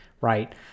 right